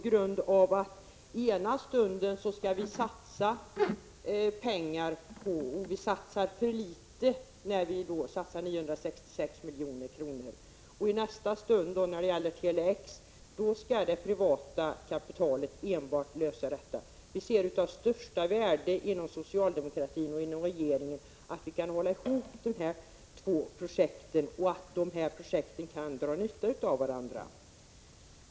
I ena stunden sägs det att vi satsar för litet när vi satsar 966 milj.kr. I nästa stund — när det gäller Tele-X — skall enbart det privata kapitalet vara med. Vi anser inom socialdemokratin och regeringen att det är av största värde att vi kan hålla ihop de här projekten så att de kan dra nytta av varandra.